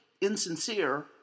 insincere